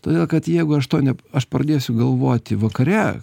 todėl kad jeigu aš to ne aš pradėsiu galvoti vakare